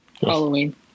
Halloween